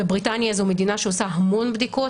ובריטניה זו מדינה שעושה המון בדיקות